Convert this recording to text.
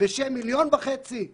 בשם 1.5 מיליון מתאמנים,